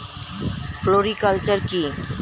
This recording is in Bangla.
ফ্লোরিকালচার কি?